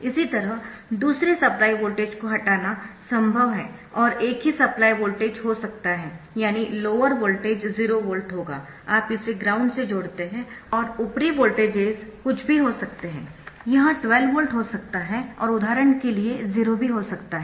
इसी तरह दूसरे सप्लाई वोल्टेज को हटाना संभव है और एक ही सप्लाई वोल्टेज हो सकता है यानी लोअर वोल्टेज 0 वोल्ट होगा आप इसे ग्राउंड से जोड़ते है और ऊपरी वोल्टेज कुछ भी हो सकते है यह 12 वोल्ट हो सकता है और उदाहरण के लिए 0 भी हो सकता है